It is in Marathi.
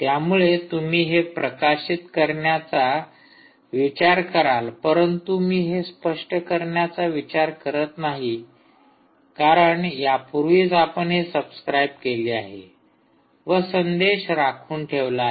त्यामुळे तुम्ही हे प्रकाशित करण्याचा विचार कराल परंतु मी हे स्पष्ट करण्याचा विचार करत नाही कारण यापूर्वीच आपण हे सबस्क्राईब केले आहे व संदेश राखून ठेवला आहे